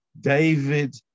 David